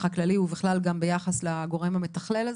הכללי ובכלל גם ביחס לגורם המתכלל הזה,